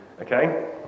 Okay